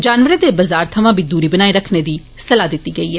जानवरें दे बजार थवां बी दूरी बनाई रक्खने दी सलाह दित्ती गेई ऐ